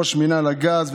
ראש מינהל הגז,